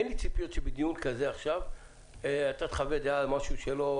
אין לי ציפיות שבדיון כזה עכשיו אתה תחווה דעה על מה שלא